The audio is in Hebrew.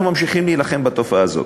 אנחנו ממשיכים להילחם בתופעה הזאת.